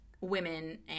women